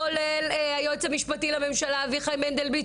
כולל היועץ המשפטי לממשלה אביחי מנדלבליט,